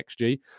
XG